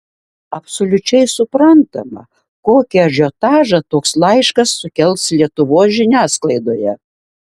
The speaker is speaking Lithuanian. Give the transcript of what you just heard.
absoliučiai suprantama kokį ažiotažą toks laiškas sukels lietuvos žiniasklaidoje